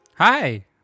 Hi